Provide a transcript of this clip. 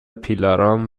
پیلارام